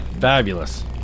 fabulous